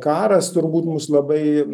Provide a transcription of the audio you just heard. karas turbūt mus labai